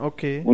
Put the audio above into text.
Okay